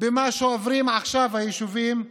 במה שעוברים עכשיו היישובים הערביים,